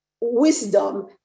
wisdom